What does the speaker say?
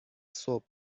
صبح